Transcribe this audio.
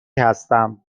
هستم